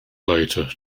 later